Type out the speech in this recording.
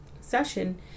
session